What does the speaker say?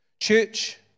church